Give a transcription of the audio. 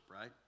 right